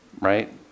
Right